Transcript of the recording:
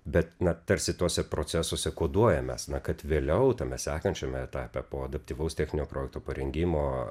bet na tarsi tuose procesuose koduojam mes na kad vėliau tame sekančiame etape po adaptyvaus techninio projekto parengimo